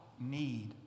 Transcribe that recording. need